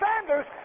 Sanders